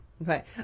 Right